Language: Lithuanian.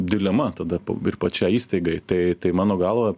dilema tada ir pačiai įstaigai tai tai mano galva